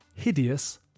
hideous